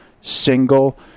single